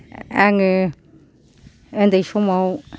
आङो उन्दै समाव